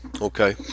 Okay